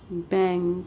bank